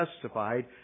testified